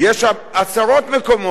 יש עשרות מקומות,